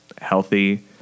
healthy